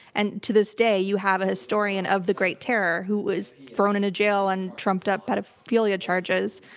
and to this day, you have a historian of the great terror who was thrown into jail on trumped up pedophilia charges.